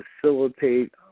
facilitate